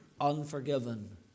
unforgiven